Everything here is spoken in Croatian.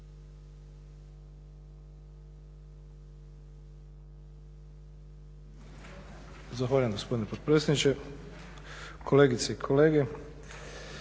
Zahvaljujem gospodine potpredsjedniče. Kolegice i kolege,